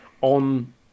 on